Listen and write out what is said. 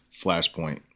flashpoint